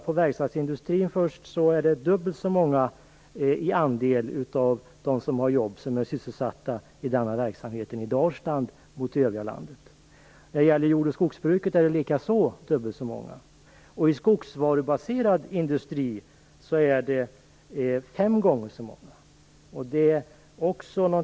Av dem som har jobb är dubbelt så många sysselsatta i verkstadsindustrin i Dalsland som i övriga landet. När det gäller jord och skogsbruket är det likadant. I skogsvarubaserad industri är andelen fem gånger så hög som i övriga landet.